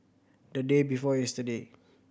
the day before yesterday